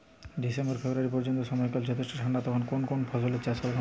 December February পর্যন্ত সময়কাল যথেষ্ট ঠান্ডা তখন কোন কোন ফসলের চাষ করা হয়?